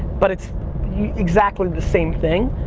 but it's exactly the same thing.